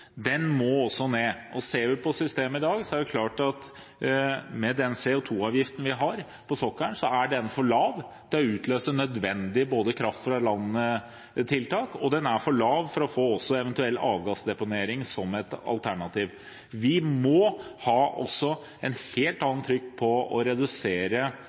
den CO2-avgiften vi har på sokkelen, er det klart at den er for lav både til å utløse nødvendige kraft fra land-tiltak og til å få eventuell avgassdeponering som et alternativ. Vi må også ha et helt annet trykk på det å redusere